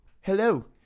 Hello